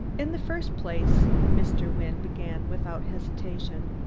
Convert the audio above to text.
in the first place, mr. wynne began without hesitation,